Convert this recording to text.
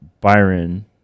Byron